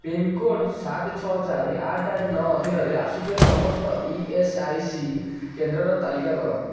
pincode ସାତ ଛଅ ଚାରି ଆଠ ଆଠ ନଅ ଅଧୀନରେ ଆସୁଥିବା ସମସ୍ତ ଇ ଏସ୍ ଆଇ ସି କେନ୍ଦ୍ରର ତାଲିକା କର